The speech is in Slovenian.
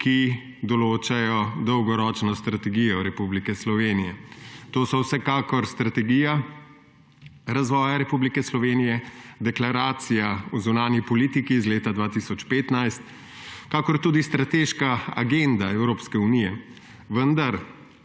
ki določajo dolgoročno strategijo Republike Slovenije, to so vsekakor Strategija razvoja Republike Slovenije, Deklaracija o zunanji politiki iz leta 2015 in tudi strateška agenda Evropske unije. Vendar